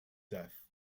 death